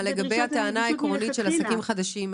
לגבי הטענה העקרונית של עסקים חדשים.